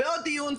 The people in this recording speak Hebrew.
ועוד דיון,